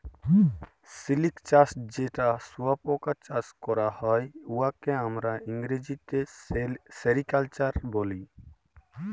সিলিক চাষ যেট শুঁয়াপকা চাষ ক্যরা হ্যয়, উয়াকে আমরা ইংরেজিতে সেরিকালচার ব্যলি